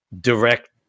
direct